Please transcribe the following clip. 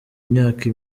imyaka